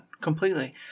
completely